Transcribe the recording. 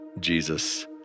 Jesus